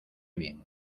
bien